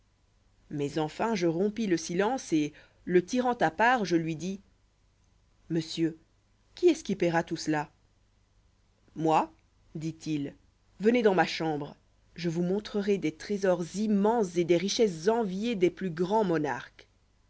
mais enfin je rompis le silence et le tirant à quartier je lui dis monsieur qui est-ce qui payera tout cela moi dit-il venez dans ma chambre je vous montrerai des trésors immenses et des richesses enviées des plus grands monarques